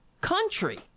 country